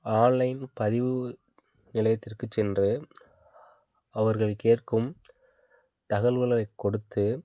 online பதிவு நிலையத்திற்குச் சென்று அவர்கள் கேட்கும் தகவல்வுகளைக் கொடுத்து